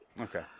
okay